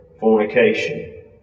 fornication